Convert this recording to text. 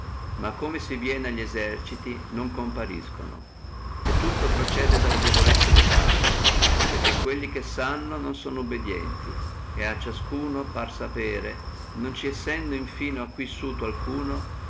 ma come si viene alli eserciti non compariscono e tutto procede dalla debolezza de capi perché quelli che sanno non sono obediti et a ciascuno pare di sapere non ci sendo fino a qui alcuno